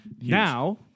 Now